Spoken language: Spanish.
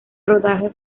rodaje